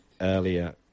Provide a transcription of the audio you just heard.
earlier